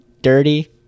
Dirty